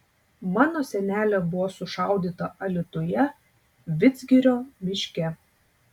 mano senelė buvo sušaudyta alytuje vidzgirio miške